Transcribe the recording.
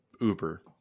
Uber